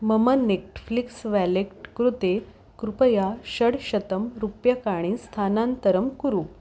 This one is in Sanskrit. मम नेक्ट्फ़्लिक्स् वेलेट् कृते कृपया षड्शतं रूप्यकाणि स्थानान्तरं कुरु